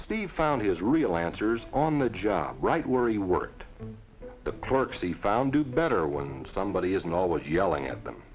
steve found his real answers on the job right where he worked the clerks he found do better when somebody isn't always yelling at them